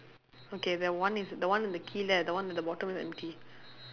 okay that one is the one with the key there the one with the bottle there empty